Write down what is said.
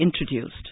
introduced